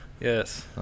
Yes